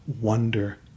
wonder